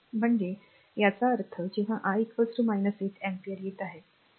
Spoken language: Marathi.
म्हणजे याचा अर्थ जेव्हा i 8 अँपिअर येत आहे